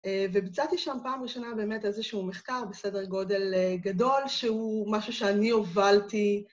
וביצעתי שם פעם ראשונה באמת איזשהו מחקר בסדר גודל גדול, שהוא משהו שאני הובלתי.